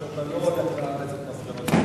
שאתה לא הולך לאמץ את מסקנות,